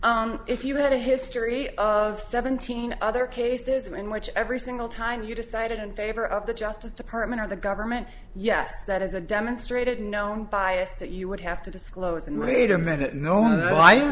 farm if you had a history of seventeen other cases in which every single time you decided in favor of the justice department or the government yes that is a demonstrated unknown bias that you would have to disclose and wait a minute no no i